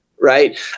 Right